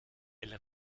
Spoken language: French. elle